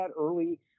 early